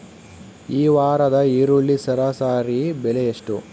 ಈ ವಾರದ ಈರುಳ್ಳಿ ಸರಾಸರಿ ಬೆಲೆ ಎಷ್ಟು?